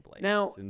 Now